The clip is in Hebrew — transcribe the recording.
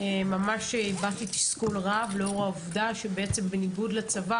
ממש הבעתי תסכול רב לאור העובדה שבניגוד לצבא,